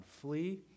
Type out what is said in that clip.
flee